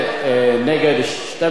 22. ההצעה,